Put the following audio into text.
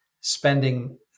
spending